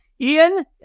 Ian